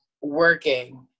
working